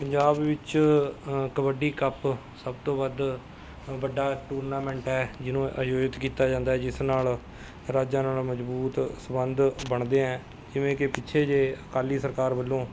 ਪੰਜਾਬ ਵਿੱਚ ਕਬੱਡੀ ਕੱਪ ਸਭ ਤੋਂ ਵੱਧ ਵੱਡਾ ਟੂਰਨਾਮੈਂਟ ਹੈ ਜਿਹਨੂੰ ਆਯੋਜਿਤ ਕੀਤਾ ਜਾਂਦਾ ਹੈ ਜਿਸ ਨਾਲ਼ ਰਾਜਾਂ ਨਾਲ਼ ਮਜ਼ਬੂਤ ਸੰਬੰਧ ਬਣਦੇ ਹੈ ਜਿਵੇਂ ਕਿ ਪਿੱਛੇ ਜਿਹੇ ਅਕਾਲੀ ਸਰਕਾਰ ਵੱਲੋਂ